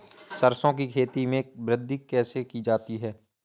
सरसो की खेती में वृद्धि कैसे की जाती है?